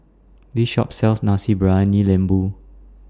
This Shop sells Nasi Briyani Lembu